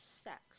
sex